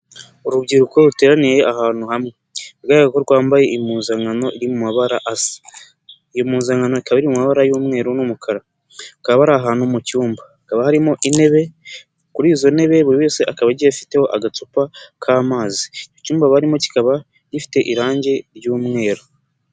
Urubyiruko ruteraniye ahantu hamwe, bigaragara ko rwambaye impuzankano iri mu mabara asa, impuzankano ikaba iri mu mabara y'umweru n'umukara, bakaba bari ahantu mu cyumba, hakaba harimo intebe, kuri izo ntebe buri wese akaba agiye afiteho agacupa k'amazi, icyumba barimo kikaba gifite irangi ry'umweru.